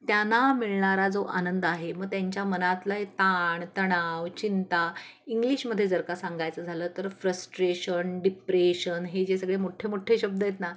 त्यांना मिळणारा जो आनंद आहे म त्यांच्या मनातला ताण तणाव चिंता इंग्लिशमध्ये जर का सांगायचं झालं तर फ्रस्ट्रेशन डिप्रेशन हे जे सगळे मोठ्ठे मोठ्ठे शब्द आहेत ना